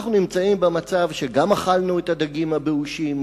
אנחנו נמצאים במצב שגם אכלנו את הדגים הבאושים,